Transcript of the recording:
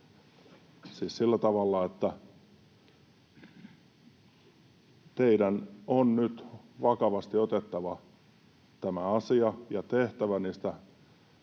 sillä tavalla, että teidän on nyt vakavasti otettava tämä asia ja tehtävä